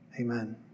Amen